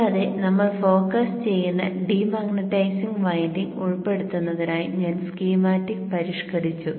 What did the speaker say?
കൂടാതെ നമ്മൾ ഫോക്കസ് ചെയ്യുന്ന ഡീമാഗ്നെറ്റൈസിംഗ് വൈൻഡിംഗ് ഉൾപ്പെടുത്തുന്നതിനായി ഞാൻ സ്കീമാറ്റിക് പരിഷ്ക്കരിച്ചു